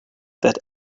that